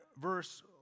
verse